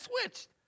switched